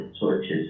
torches